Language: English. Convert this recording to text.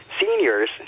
seniors